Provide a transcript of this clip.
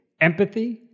empathy